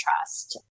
trust